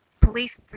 police